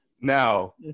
Now